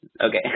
Okay